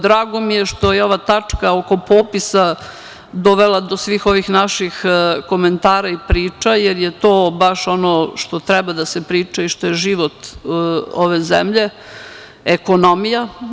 Drago mi je što je ova tačka oko popisa dovela do svih ovih naših komentara i priča, jer je to baš ono što treba da se priča i što je život ove zemlje, ekonomija.